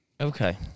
Okay